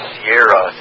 Sierra